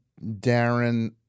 Darren